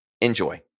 Enjoy